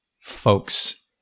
folks